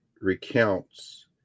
recounts